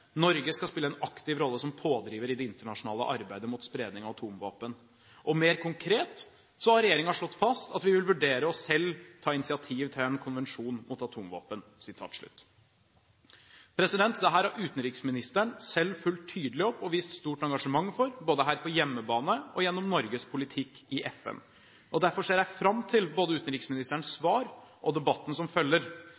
Norge skal spille en aktiv rolle som pådriver i det internasjonale arbeidet mot spredning av atomvåpen.» Mer konkret har Regjeringen slått fast at den vil vurdere å selv ta initiativ til en konvensjon mot atomvåpen. Dette har utenriksministeren selv fulgt tydelig opp og vist stort engasjement for, både her på hjemmebane og gjennom Norges politikk i FN. Derfor ser jeg fram til både utenriksministerens